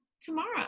tomorrow